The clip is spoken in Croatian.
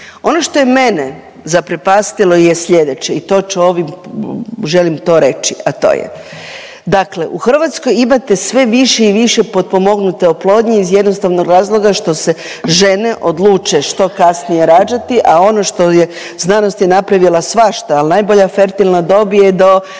Ono što je mene zaprepastilo je slijedeće i to ću ovim, želim to reći, a to je, dakle u Hrvatskoj imate sve više i više potpomognute oplodnje iz jednostavnog razloga što se žene odluče što kasnije rađati, a ono što je znanost je napravila svašta, ali najbolja je fertilna dob do